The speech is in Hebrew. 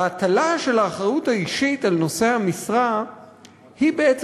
ההטלה של האחריות האישית על נושא המשרה היא בעצם